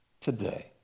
today